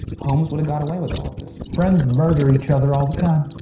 holmes would have got away with all of this. friends murder each other all the time.